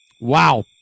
Wow